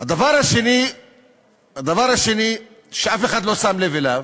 הדבר השני שאף אחד לא שם לב אליו,